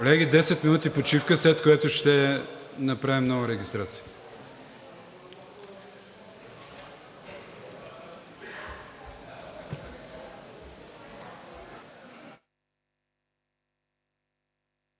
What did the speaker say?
Колеги, 10 минути почивка, след което ще направим нова регистрация.